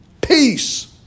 Peace